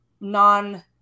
non